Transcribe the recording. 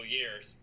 years